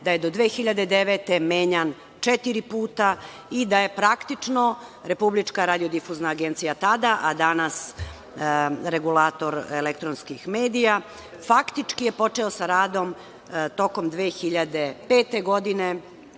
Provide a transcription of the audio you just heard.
da je do 2009. godine menjan četiri puta i da je praktično Republička radiodifuzna agencija tada, a danas regulator elektronskih medija, faktički je počeo sa radom tokom 2005. godine,